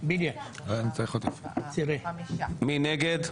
מי נגד?